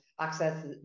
access